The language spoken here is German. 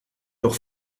doch